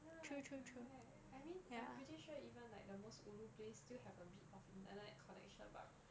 ya correct I mean I'm pretty sure even like the most ulu place still have a bit of internet connection